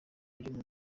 uyu